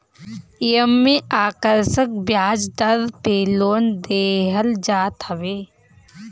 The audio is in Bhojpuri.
एमे आकर्षक बियाज दर पे लोन देहल जात हवे